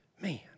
Man